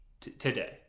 today